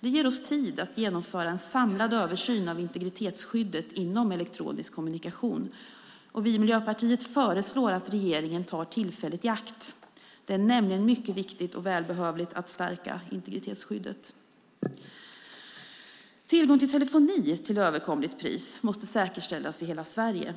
Det ger oss tid att genomföra en samlad översyn av integritetsskyddet inom elektronisk kommunikation. Vi i Miljöpartiet föreslår att regeringen tar tillfället i akt. Det är nämligen mycket viktigt och välbehövligt att stärka integritetsskyddet. Tillgång till telefoni till överkomligt pris måste säkerställas i hela Sverige.